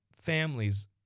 families